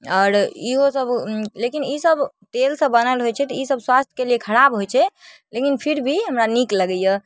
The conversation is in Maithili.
आओर इहोसब लेकिन ईसब तेलसँ बनल होइ छै तऽ ईसब स्वास्थ्यके लेल खराब होइ छै लेकिन फिर भी हमरा नीक लगैए